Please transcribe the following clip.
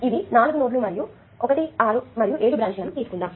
ఇవి నాలుగు నోడ్లు మరియు 1 6 మరియు 7 బ్రాంచ్ లను తీసుకుందాం